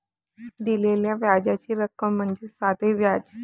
दिलेल्या व्याजाची रक्कम म्हणजे साधे व्याज